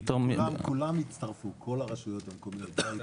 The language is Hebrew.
לשאלתך, כל הרשויות המקומיות הצטרפו.